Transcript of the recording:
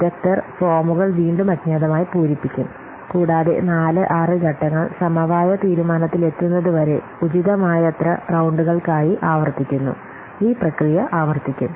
വിദഗ്ധർ ഫോമുകൾ വീണ്ടും അജ്ഞാതമായി പൂരിപ്പിക്കും കൂടാതെ 4 6 ഘട്ടങ്ങൾ സമവായ തീരുമാനത്തിലെത്തുന്നതുവരെ ഉചിതമായത്ര റൌണ്ടുകൾക്കായി ആവർത്തിക്കുന്നു ഈ പ്രക്രിയ ആവർത്തിക്കും